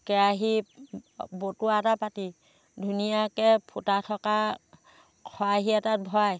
কেৰাহী বতুৱা এটা পাতি ধুনীয়াকে ফুটা থকা খৰাহী এটাত ভৰাই